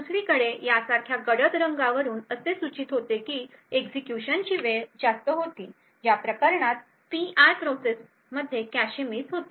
दुसरीकडे यासारख्या गडद रंगावरून असे सूचित होते की एक्झिक्युशनची वेळ जास्त होती ज्या प्रकरणात पी आय P i प्रोसेसमध्ये कॅशे मिस होते